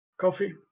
Coffee